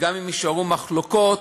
וגם אם יישארו מחלוקות,